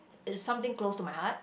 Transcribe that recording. is something close to my heart